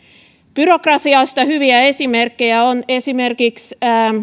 byrokratiasta hyviä esimerkkejä on esimerkiksi